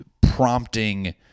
prompting